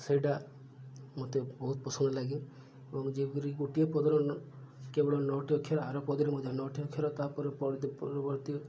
ସେଇଟା ମୋତେ ବହୁତ ପସନ୍ଦ ଲାଗେ ଏବଂ ଯେପରି ଗୋଟିଏ ପଦର କେବଳ ନଅଟି ଅକ୍ଷର ଆର ପଦରେ ମଧ୍ୟ ନଅଟି ଅକ୍ଷର ତାପରେ ପରବର୍ତ୍ତୀ ପୂର୍ବବର୍ତ୍ତୀ